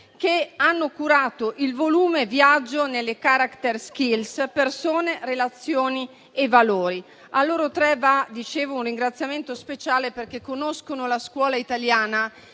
che hanno curato il volume "Viaggio nelle character skills. Persone, relazioni e valori". A loro tre va un ringraziamento speciale, perché conoscono la scuola italiana.